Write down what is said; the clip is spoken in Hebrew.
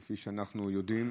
וכפי שאנחנו יודעים,